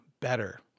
better